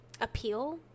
appeal